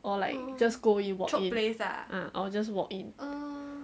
or like just go in walk in ah ah or just walk in